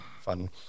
fun